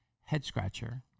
head-scratcher